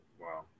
Wow